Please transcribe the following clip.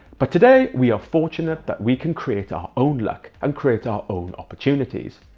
but today we are fortunate that we can create our own luck and create our own opportunities.